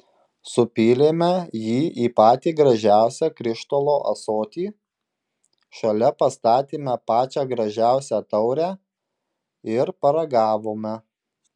supylėme jį į patį gražiausią krištolo ąsotį šalia pastatėme pačią gražiausią taurę ir paragavome